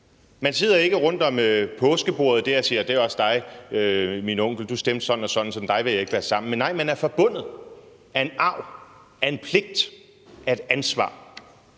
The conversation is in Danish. Man sidder ikke rundt om påskebordet og siger: Det er også dig, min onkel – du stemte sådan og sådan, så dig vil jeg ikke være sammen med. Nej, man er forbundet af en arv, af en pligt, af et ansvar